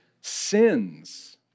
Sins